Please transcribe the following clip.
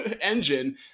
engine